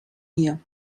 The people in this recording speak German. hier